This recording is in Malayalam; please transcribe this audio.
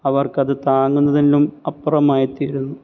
അവർക്കത് താങ്ങുന്നതിനും അപ്പുറമായിത്തീരുന്നു